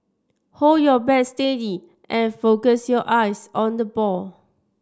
hold your bat steady and focus your eyes on the ball